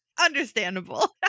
understandable